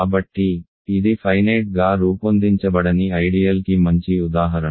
కాబట్టి ఇది ఫైనేట్ గా రూపొందించబడని ఐడియల్ కి మంచి ఉదాహరణ